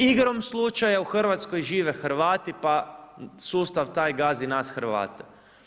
Igrom slučaja u Hrvatskoj žive Hrvati pa sustav taj gazi nas Hrvate.